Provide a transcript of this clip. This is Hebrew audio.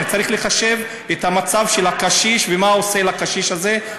צריך לחשב את המצב של הקשיש ומה הוא עושה לקשיש הזה,